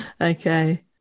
Okay